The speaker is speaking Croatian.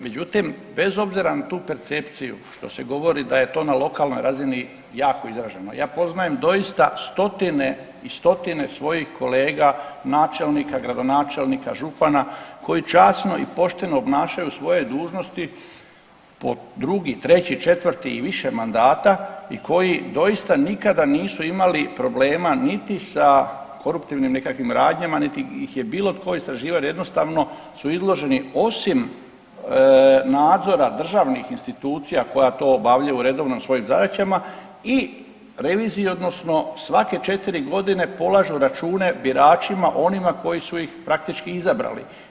Međutim, bez obzira na tu percepciju što se govori da je to na lokalnoj razini jako izraženo, ja poznajem doista stotine i stotine svojih kolega načelnika, gradonačelnika, župana koji časno i pošteno obnašaju svoje dužnosti po drugi, treći, četvrti i više mandata i koji doista nikada nisu imali problema niti sa koruptivnim nekakvim radnjama, niti ih je bilo tko istraživao jer jednostavno su izloženi osim nadzora državnih institucija koja to obavljaju u redovno svojim zadaćama i reviziji odnosno svake 4 godine polažu račune biračima onima koji su ih praktički izabrali.